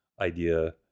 idea